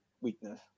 weakness